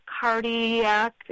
cardiac